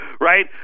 Right